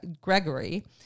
Gregory